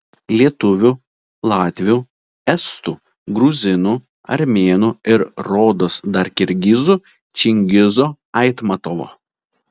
lietuvių latvių estų gruzinų armėnų ir rodos dar kirgizų čingizo aitmatovo